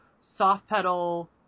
soft-pedal